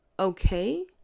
okay